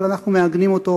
אבל אנחנו מעגנים אותו,